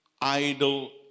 idle